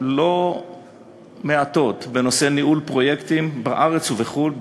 לא מעטות בנושא ניהול פרויקטים בארץ ובחו"ל,